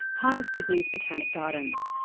part of sydney's botanic gardens.